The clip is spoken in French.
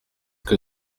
que